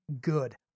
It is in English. Good